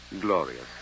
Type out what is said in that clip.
Glorious